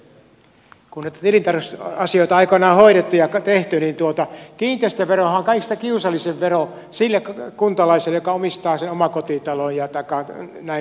kun niitä tilintarkastusasioita on aikoinaan hoidettu ja tehty niin kiinteistöverohan on kaikista kiusallisin vero sille kuntalaiselle joka omistaa sen omakotitalon taikka näin poispäin